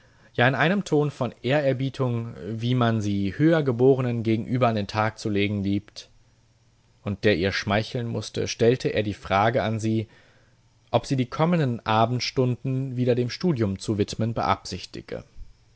ja in einem ton von ehrerbietung wie man sie höhergebornen gegenüber an den tag zu legen liebt und der ihr schmeicheln mußte stellte er die frage an sie ob sie die kommenden abendstunden wieder dem studium zu widmen beabsichtige